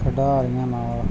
ਖਿਡਾਰੀਆਂ ਨਾਲ